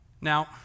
Now